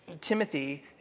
Timothy